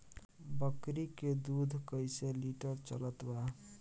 बकरी के दूध कइसे लिटर चलत बा?